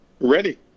Ready